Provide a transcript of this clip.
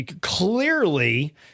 clearly